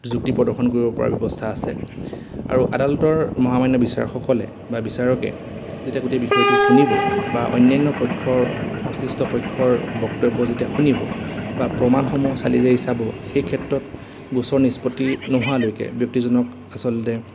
যুক্তি প্ৰদৰ্শন কৰিব পৰা ব্যৱস্থা আছে আৰু আদালতৰ মহামান্য বিচাৰকসকলে বা বিচাৰকে যেতিয়া গোটেই বিষয়টো শুনিব বা অন্যান্য পক্ষৰ সংশ্লিষ্ট পক্ষৰ বক্তব্য যেতিয়া শুনিব বা প্ৰমাণসমূহ চালি জাৰি চাব সেই ক্ষেত্ৰত গোচৰ নিস্পত্তি নোহোৱালৈকে ব্যক্তিজনক আচলতে